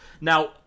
Now